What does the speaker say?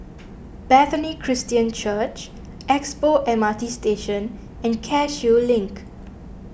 Bethany Christian Church Expo M R T Station and Cashew Link